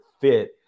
fit